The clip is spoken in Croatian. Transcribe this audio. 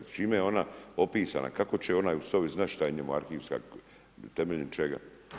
Čime je ona opisana, kako će ona ... znat što je njemu arhivska, temeljem čega?